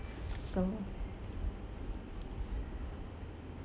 so